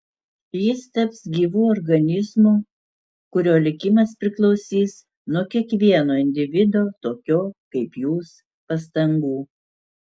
jis taps gyvu organizmu kurio likimas priklausys nuo kiekvieno individo tokio kaip jūs pastangų